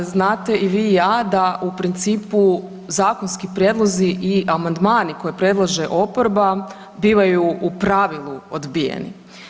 Kolega, znate i vi i ja da u principu zakonski prijedlozi i amandmani koje predlaže oporba bivaju u pravilu odbijeni.